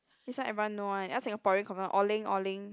this one everyone know one all Singaporean confirm orange orange